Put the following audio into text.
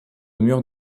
mur